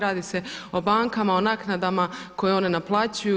Radi se o bankama, o naknadama koje one naplaćuju.